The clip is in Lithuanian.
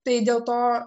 tai dėl to